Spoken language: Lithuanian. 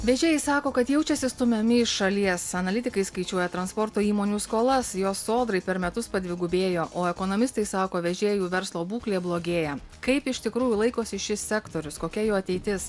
vežėjai sako kad jaučiasi stumiami iš šalies analitikai skaičiuoja transporto įmonių skolas jos sodrai per metus padvigubėjo o ekonomistai sako vežėjų verslo būklė blogėja kaip iš tikrųjų laikosi šis sektorius kokia jo ateitis